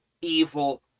evil